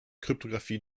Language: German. kryptographie